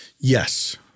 Yes